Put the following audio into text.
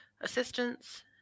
assistance